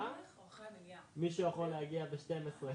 אנחנו מתחילים את דיוני הוועדה,